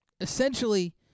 Essentially